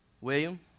William